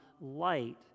light